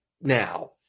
now